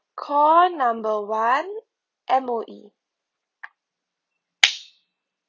call number one M_O_E